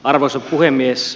arvoisa puhemies